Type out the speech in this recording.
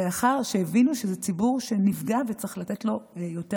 לאחר שהבינו שזה ציבור שנפגע וצריך לתת לו יותר